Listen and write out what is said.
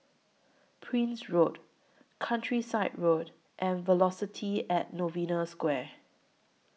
Prince Road Countryside Road and Velocity At Novena Square